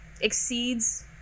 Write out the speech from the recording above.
exceeds